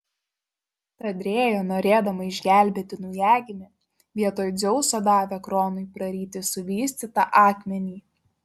tad rėja norėdama išgelbėti naujagimį vietoj dzeuso davė kronui praryti suvystytą akmenį